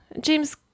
James